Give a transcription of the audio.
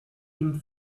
him